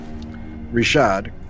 rishad